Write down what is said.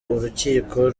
urukiko